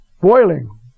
boiling